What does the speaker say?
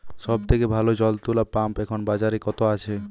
সব থেকে ভালো জল তোলা পাম্প এখন বাজারে কত আছে?